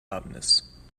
loudness